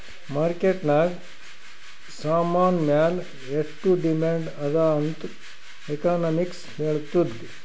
market ನಾಗ್ ಸಾಮಾನ್ ಮ್ಯಾಲ ಎಷ್ಟು ಡಿಮ್ಯಾಂಡ್ ಅದಾ ಅಂತ್ ಎಕನಾಮಿಕ್ಸ್ ಹೆಳ್ತುದ್